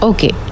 Okay